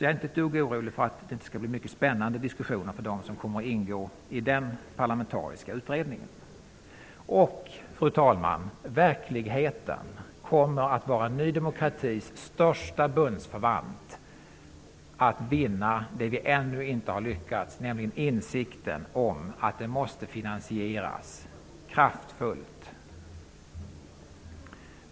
Jag är inte ett dugg orolig för att det inte skall bli spännande diskussioner i den parlamentariska utredningen. Fru talman! Verkligheten kommer att vara Ny demokratis största bundsförvant när det gäller att vinna det vi ännu inte har lyckats med, nämligen insikten om att detta måste finansieras fullt ut.